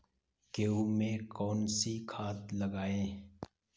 गेहूँ में कौनसी खाद लगाएँ?